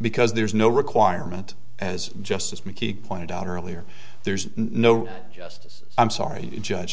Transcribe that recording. because there's no requirement as justice mckeag pointed out earlier there's no justice i'm sorry judge